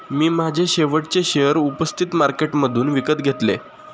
मी माझे शेवटचे शेअर उपस्थित मार्केटमधून विकत घेतले